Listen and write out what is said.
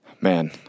man